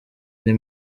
ari